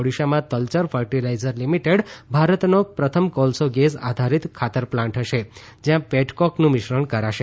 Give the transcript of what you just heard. ઓડીશામાં Talcher fertiliser limited ભારતનો પ્રથમ કોલસો ગેસ આધારીત ખાતર પ્લાન્ટ હશે જયાં પેટકોકનું મિશ્રણ કરાશે